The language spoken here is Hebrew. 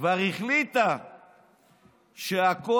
כבר החליטה שהכותל,